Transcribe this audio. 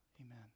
amen